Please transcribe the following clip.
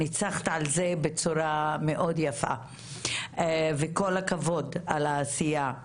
ניצחת על זה בצורה מאוד יפה וכל הכבוד על העשייה,